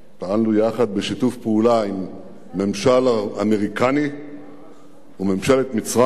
פעלנו יחד בשיתוף פעולה עם הממשל האמריקני וממשלת מצרים,